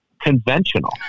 conventional